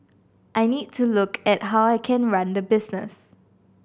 I need to look at how I can run the business